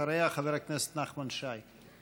אחריה, חבר הכנסת נחמן שי.